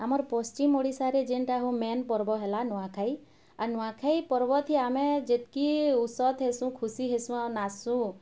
ଆମର୍ ପଶ୍ଚିମ୍ ଓଡ଼ିଶାରେ ଯେନ୍ଟା ହୋ ମେନ୍ ପର୍ବ ହେଲା ନୁଆଁଖାଇ ଆର୍ ନୁଆଁଖାଇ ପର୍ବଥି ଆମେ ଯେତ୍କି ଉସତ ହେସୁଁ ଖୁସି ହେସୁଁ ଆଉ ନାଚସୁଁ